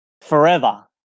forever